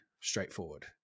straightforward